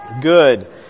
Good